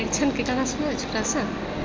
परिछनके गाना सुनाउ छोटा सँ